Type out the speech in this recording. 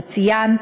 שציינת,